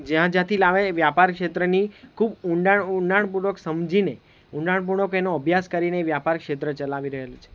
જ્યાં જ્યાંથી લાવે વ્યાપાર ક્ષેત્રની ખૂબ ઊંડાણ ઊંડાણપૂર્વક સમજીને ઊંડાણપૂર્વક એનો અભ્યાસ કરીને એ વ્યાપાર ક્ષેત્ર ચલાવી રહેલ છે